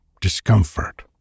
discomfort